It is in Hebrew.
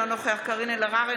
אינו נוכח קארין אלהרר,